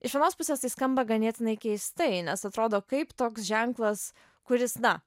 iš vienos pusės tai skamba ganėtinai keistai nes atrodo kaip toks ženklas kuris na